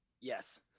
Yes